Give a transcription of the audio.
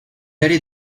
allée